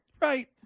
Right